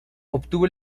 obtuvo